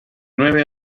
nueve